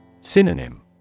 Synonym